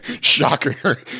Shocker